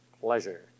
pleasure